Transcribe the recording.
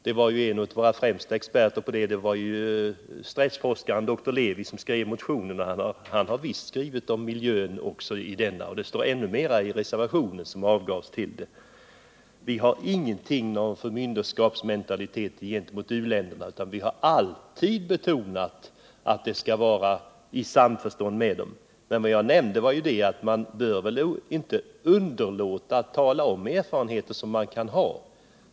Det var en av våra främsta experter, stressforskaren dr Levi, som skrev motionen, i vilken också frågan om miljön tas upp. Ännu mer står det i den reservation som avgavs. Det finns ingenting av förmyndarskapsmentalitet hos oss gentemot u-länderna, utan vi har alltid betonat att vårt agerande skall ske i samförstånd med dem. I mitt anförande sade jag att vi inte skall underlåta att låta dem ta del av våra erfarenheter.